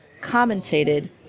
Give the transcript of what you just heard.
commentated